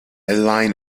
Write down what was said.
line